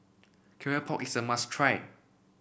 Keropok is a must try